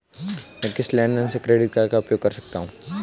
मैं किस लेनदेन में क्रेडिट कार्ड का उपयोग कर सकता हूं?